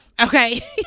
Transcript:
okay